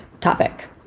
topic